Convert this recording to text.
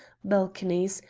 balconies,